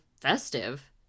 festive